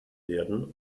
werden